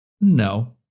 no